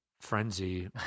frenzy